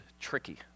tricky